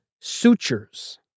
Sutures